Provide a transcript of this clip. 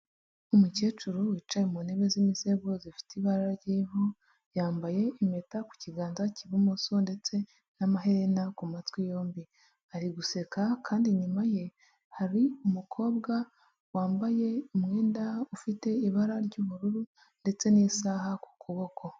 Umukecuru wicaye mu ntebe z'imisego zifite ibara ry'uruhu, yambaye impeta ku kiganza cy'ibumoso ndetse n'amaherena ku matwi yombi, ari guseka kandi inyuma ye hari umukobwa wambaye umwenda ufite ibara ry'ubururu ndetse n'isaha ku kuboko.